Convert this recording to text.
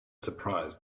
surprised